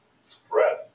spread